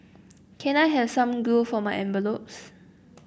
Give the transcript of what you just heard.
can I have some glue for my envelopes